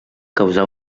causar